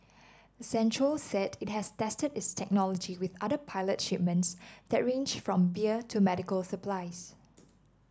accenture said it has tested its technology with other pilot shipments that range from beer to medical supplies